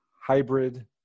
hybrid